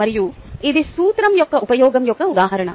మరియు ఇది సూత్రం యొక్క ఉపయోగం యొక్క ఉదాహరణ